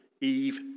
Eve